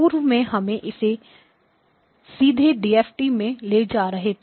पूर्व में हम इसे सीधे डीएफटी में ले जाते थे